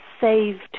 saved